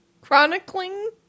Chronicling